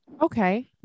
okay